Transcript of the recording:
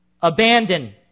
Abandon